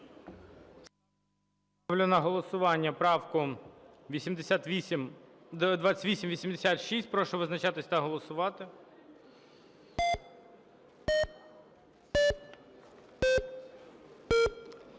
Ставлю на голосування цю правку, 2897. Прошу визначатись та голосувати.